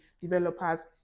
developers